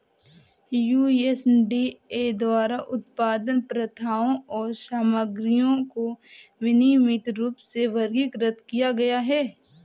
USDA द्वारा उत्पादन प्रथाओं और सामग्रियों को विनियमित रूप में वर्गीकृत किया गया है